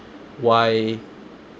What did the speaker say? why